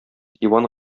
иван